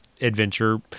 adventure